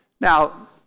Now